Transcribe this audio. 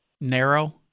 narrow